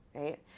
right